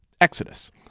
Exodus